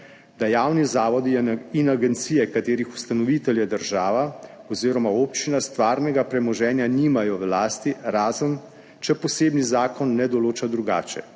da javni zavodi in agencije, katerih ustanovitelj je država oziroma občina, stvarnega premoženja nimajo v lasti, razen če posebni zakon ne določa drugače.